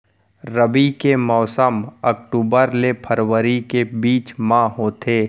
रबी के मौसम अक्टूबर ले फरवरी के बीच मा होथे